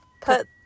Put